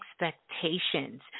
expectations